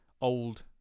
old